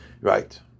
Right